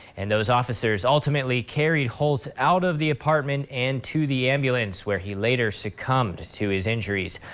and those officers ultimately carried holte out of the apartment and to the ambulance, where he later succumbed to his injuries.